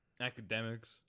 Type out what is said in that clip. Academics